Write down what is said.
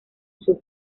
sur